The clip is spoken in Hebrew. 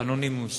"אנונימוס",